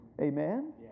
Amen